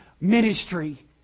ministry